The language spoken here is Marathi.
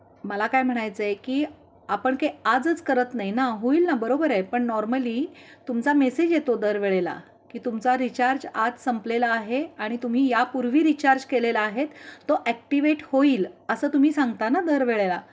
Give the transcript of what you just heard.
मला काय म्हणायचं आहे की आपण के आजच करत नाही ना होईल ना बरोबर आहे पण नॉर्मली तुमचा मेसेज येतो दरवेळेला की तुमचा रिचार्ज आज संपलेला आहे आणि तुम्ही यापूर्वी रिचार्ज केलेला आहेत तो ॲक्टिवेट होईल असं तुम्ही सांगता ना दरवेळेला